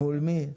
מול מי?